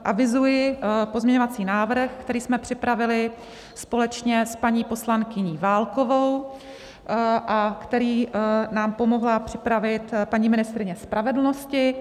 Avizuji pozměňovací návrh, který jsme připravili společně s paní poslankyní Válkovou a který nám pomohla připravit paní ministryně spravedlnosti.